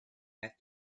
had